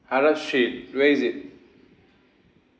arab street where is it